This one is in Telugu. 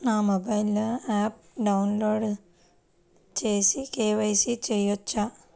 నా మొబైల్లో ఆప్ను డౌన్లోడ్ చేసి కే.వై.సి చేయచ్చా?